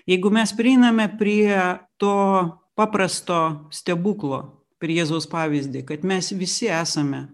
jeigu mes prieiname prie to paprasto stebuklo per jėzaus pavyzdį kad mes visi esame